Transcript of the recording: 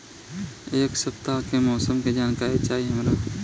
एक सपताह के मौसम के जनाकरी चाही हमरा